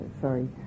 sorry